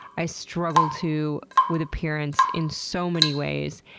i struggle, too, with appearance in so many ways,